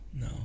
No